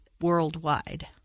worldwide